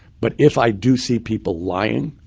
but if i do see people lying,